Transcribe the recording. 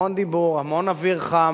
המון דיבור, המון אוויר חם,